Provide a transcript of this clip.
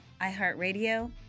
iHeartRadio